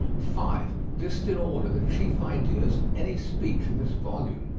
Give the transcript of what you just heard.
five. list in order the chief ideas of any speech in this volume.